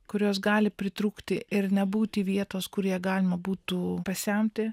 kurios gali pritrūkti ir nebūti vietos kur ją galima būtų pasemti